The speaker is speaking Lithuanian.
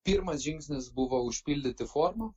pirmas žingsnis buvo užpildyti formą